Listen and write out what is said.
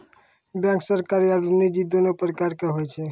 bank सरकारी आरो निजी दोनो प्रकार के होय छै